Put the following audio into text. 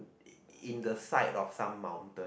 in the side of some mountain